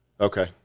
Okay